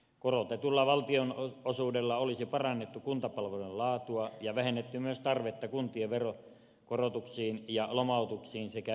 korotetulla valtionosuudella olisi parannettu kuntapalvelujen laatua ja vähennetty myös tarvetta kuntien veronkorotuksiin ja lomautuksiin sekä ylivelkaantumiseen